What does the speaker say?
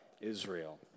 Israel